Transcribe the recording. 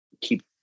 keep